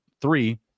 three